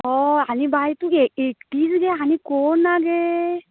हय आनी बाय तूं गे एकटीच गे आनी कोण ना गे